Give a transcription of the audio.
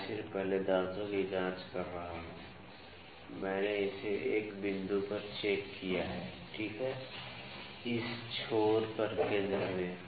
तो मैं सिर्फ पहले दांतों की जांच कर रहा हूं मैंने इसे 1 बिंदु पर चेक किया है ठीक है इस छोर पर केंद्र में